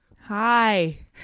Hi